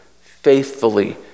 faithfully